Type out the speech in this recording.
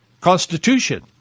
Constitution